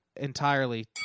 Entirely